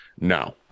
No